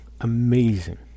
amazing